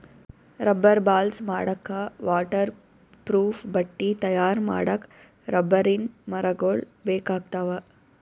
rubber balls ಮಾಡಕ್ಕಾ waterproof ಬಟ್ಟಿ ತಯಾರ್ ಮಾಡಕ್ಕ್ ರಬ್ಬರಿನ್ ಮರಗೊಳ್ ಬೇಕಾಗ್ತಾವ